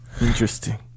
interesting